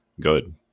good